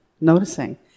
noticing